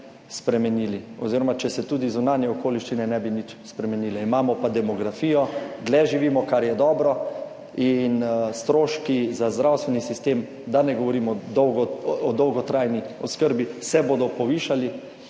spremenili oziroma, če se tudi zunanje okoliščine ne bi nič spremenile. Imamo pa demografijo, dlje živimo, kar je dobro in stroški za zdravstveni sistem, da ne govorimo dolgo o dolgotrajni oskrbi, se bodo povišali